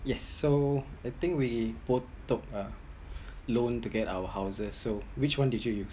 yes so I think we both took uh loan to get our houses so which one did you use